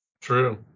True